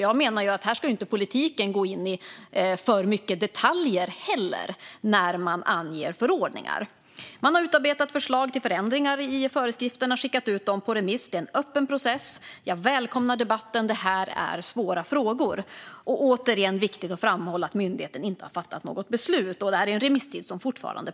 Jag menar att här ska inte politiken genom förordningar gå in i för mycket detaljer. Man har utarbetat förslag till förändringar i föreskrifterna och skickat ut dem på remiss. Det är en öppen process. Jag välkomnar debatten. Det här är svåra frågor, och det är återigen viktigt att framhålla att myndigheten inte har fattat något beslut. Remisstiden pågår fortfarande.